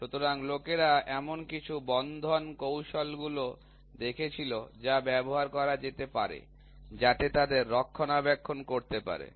সুতরাং লোকেরা এমন কিছু বন্ধন কৌশল গুলো দেখেছিল যা ব্যবহার করা যেতে পারে যাতে তাদের রক্ষণাবেক্ষণ করতে পারে